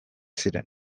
ziren